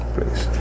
Please